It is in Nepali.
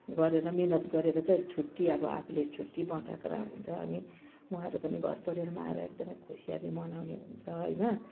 गरेर मिहिनेत गरेर चाहिँ छुट्टी अब आफूले छुट्टी बचाएको हुन्छ अनि उहाँहरू पनि घरपरिवारमा आएर एकदमै खुसीयाली मनाउने हुन्छ होइन